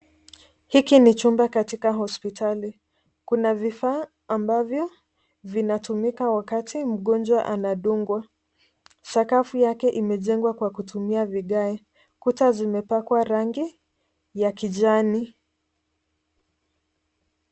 Hiki ni chumba katika hospitali. Kuna vifaa ambavyo vinatumika wakati mgonjwa anadungwa. Sakafu yake imejengwa kwa kutumia vigae. Kuta zimepakwa rangi ya kijani.